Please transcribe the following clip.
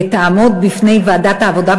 ותעמוד בפני ועדת העבודה,